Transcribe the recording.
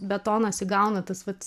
betonas įgauna tas vat